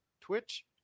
Twitch